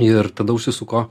ir tada užsisuko